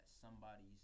somebody's